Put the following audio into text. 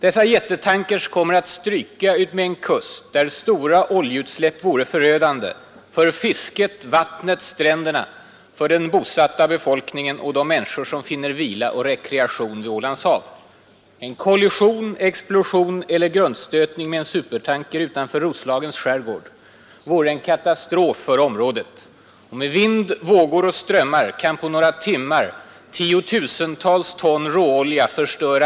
Dessa jättetankers kommer att stryka utmed en övärld där stora oljeutsläpp vore förödande — för fisket, vattnet, stränderna, den bosatta befolkningen och de människor som finner vila och rekreation vid Ålands hav. Enligt pressuppgifter i dag kommer det svenska sjöfartsverket att aktivt underlätta för det finska oljebolaget att mäta ut en ränna för fartsverkets chef har många gånger uttalat supertankers i Ålands hav. Sj sig positivt till supertankers i Östersjön och nonchalerat den miljöfara som de utgör. När jag vid tidigare tillfällen rest frågan i riksdagen har den svenska regeringen visat sig ointresserad att göra motstånd mot den växande oljetrafiken med allt större fartyg.